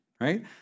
right